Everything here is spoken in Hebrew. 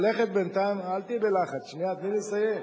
ללכת בינתיים, אל תהיי בלחץ, שנייה, תני לי לסיים,